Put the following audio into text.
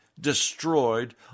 destroyed